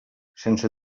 sense